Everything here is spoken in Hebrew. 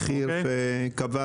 אז אם אפשר לתקן את זה, שיהיה רשום